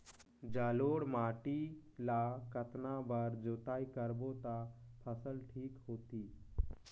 जलोढ़ माटी ला कतना बार जुताई करबो ता फसल ठीक होती?